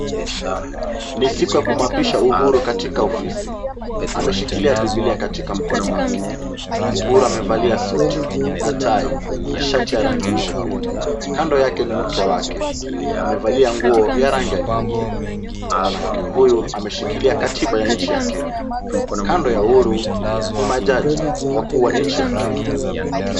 Ni siku ya kumuapisha Uhuru katika ofisi. Ameshikilia Bibilia katika mkono wake. Uhuru amevalia suti na tai na shati ya rangi nyeupe. Kando yake ni mke wake. Amevalia nguo ya rangi ya nyeupe. Mwanamke huyu ameshikilia katiba ya nchi ya Kenya. Kando ya Uhuru ni majaji wakuu wa nchi ya Kenya.